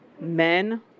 men